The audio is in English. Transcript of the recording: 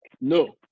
No